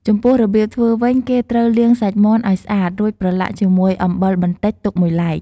ចំពោះ របៀបធ្វើវិញគេត្រូវលាងសាច់មាន់ឲ្យស្អាត រួចប្រឡាក់ជាមួយអំបិលបន្តិចទុកមួយឡែក។